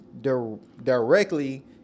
directly